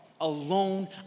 alone